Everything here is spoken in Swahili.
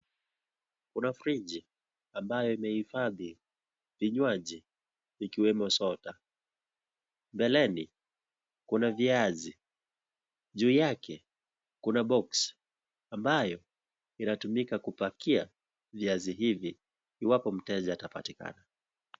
Kuna friji ambayo imehifadhi vinywaji vikiwemo soda, mbeleni kuna viazi, juu yake kuna boksi ambayo inatumika kupakia viazi hivi iwapo mteja atapatikana.